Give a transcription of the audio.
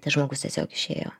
tas žmogus tiesiog išėjo